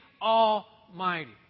Almighty